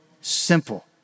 simple